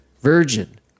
virgin